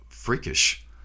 Freakish